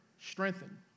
strengthened